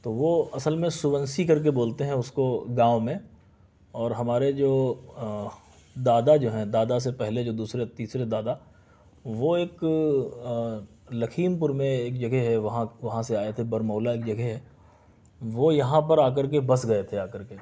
تو وہ اصل میں سوونسی کر کے بولتے ہیں اس کو گاؤں میں اور ہمارے جو دادا جو ہیں دادا سے پہلے جو دوسرے تیسرے دادا وہ ایک لکھیم پور میں ایک جگہ ہے وہاں وہاں سے آئے تھے برمولہ ایک جگہ ہے وہ یہاں پر آ کر کے بس گئے تھے آ کر کے